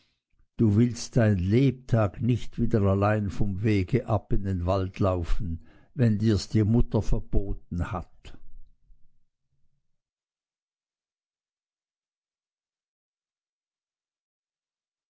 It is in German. du willst dein lebtag nicht wieder allein vom wege ab in den wald laufen wenn dirs die mutter verboten hat